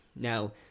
Now